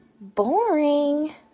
Boring